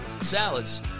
salads